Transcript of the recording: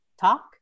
talk